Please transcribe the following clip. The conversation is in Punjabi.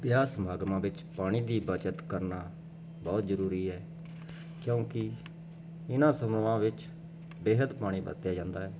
ਵਿਆਹ ਸਮਾਗਮਾਂ ਵਿੱਚ ਪਾਣੀ ਦਾ ਬੱਚਤ ਕਰਨਾ ਬਹੁਤ ਜ਼ਰੂਰੀ ਹੈ ਕਿਉਂਕਿ ਇਹਨਾਂ ਸਮਾਗਮਾਂ ਵਿੱਚ ਬੇਹੱਦ ਪਾਣੀ ਵਰਤਿਆ ਜਾਂਦਾ ਹੈ